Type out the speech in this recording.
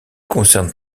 concernent